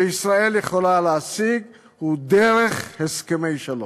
שישראל יכולה להשיג, הוא דרך הסכמי שלום.